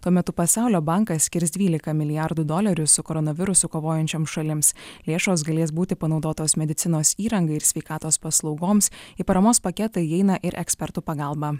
tuo metu pasaulio bankas skirs dvylika milijardų dolerių su koronavirusu kovojančioms šalims lėšos galės būti panaudotos medicinos įrangai ir sveikatos paslaugoms į paramos paketą įeina ir ekspertų pagalba